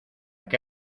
que